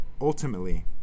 ultimately